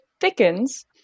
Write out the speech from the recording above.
thickens